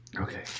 Okay